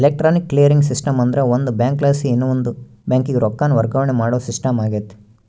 electronic clearing system ಅಂದ್ರ ಒಂದು ಬ್ಯಾಂಕಲಾಸಿ ಇನವಂದ್ ಬ್ಯಾಂಕಿಗೆ ರೊಕ್ಕಾನ ವರ್ಗಾವಣೆ ಮಾಡೋ ಸಿಸ್ಟಮ್ ಆಗೆತೆ